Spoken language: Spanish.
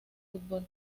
fútbol